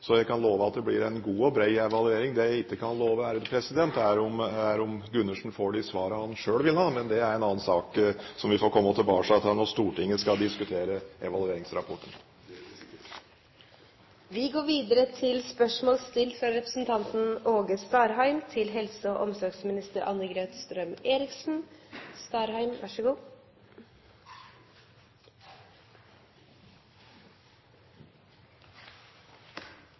Så jeg kan love at det blir en god og bred evaluering. Det jeg ikke kan love, er om Gundersen får de svarene han selv vil ha, men det er en annen sak, som vi får komme tilbake til når Stortinget skal diskutere evalueringsrapporten. Det gjør vi sikkert. Dette spørsmålet er utsatt til neste spørretime. Eg har følgjande spørsmål til helse- og